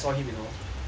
then I kill him